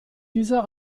dieser